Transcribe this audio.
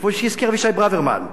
כמו שהזכיר אבישי ברוורמן,